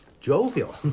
jovial